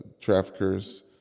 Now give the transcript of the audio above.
traffickers